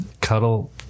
cuddle